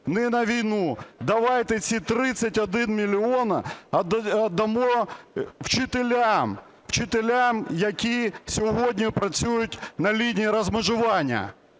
ні на війну. Давайте ці 31 мільйон віддамо вчителям – вчителям, які сьогодні працюють на лінії розмежування!